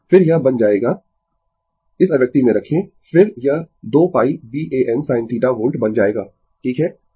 फिर यह बन जाएगा इस अभिव्यक्ति में रखें फिर यह 2 π B a n sin θ volt बन जाएगा ठीक है